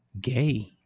gay